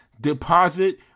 deposit